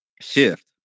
shift